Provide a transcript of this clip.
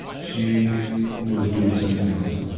she was doing something else.